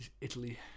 Italy